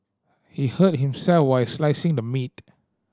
he hurt himself while slicing the meat